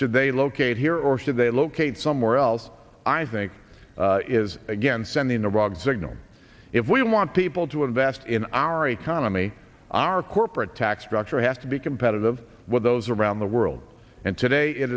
should they located here or should they locate somewhere else i think is again sending a rug signal if we want people to invest in our economy our corporate tax structure has to be competitive with those around the world and today it